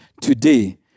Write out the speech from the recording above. today